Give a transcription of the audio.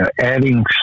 Adding